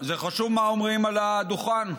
חשוב מה אומרים על הדוכן,